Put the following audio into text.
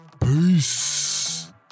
Peace